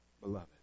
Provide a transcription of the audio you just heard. beloved